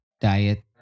diet